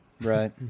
Right